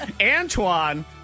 Antoine